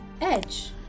Edge